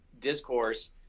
discourse